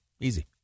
Easy